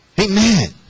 Amen